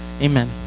amen